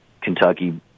Kentucky